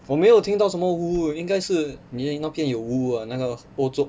我没有听到什么 !woo! leh 应该是你的那边有 !woo! 啊那个欧洲